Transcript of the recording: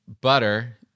butter